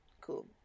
Cool